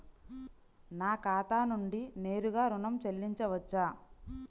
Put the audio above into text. నా ఖాతా నుండి నేరుగా ఋణం చెల్లించవచ్చా?